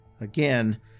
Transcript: Again